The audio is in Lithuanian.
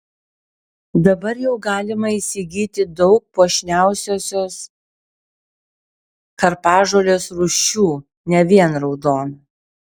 dabar jau galima įsigyti daug puošniausiosios karpažolės rūšių ne vien raudoną